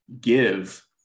give